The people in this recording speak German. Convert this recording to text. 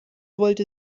wollte